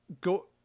Go